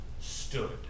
stood